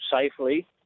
safely